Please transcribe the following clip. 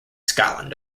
scotland